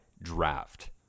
draft